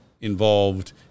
involved